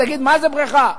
תגיד, מה זה בריכה?